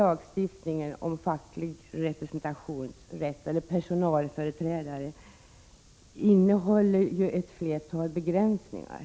Lagstiftningen om närvarorätt för fackliga företrädare innehåller ett flertal begränsningar.